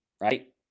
right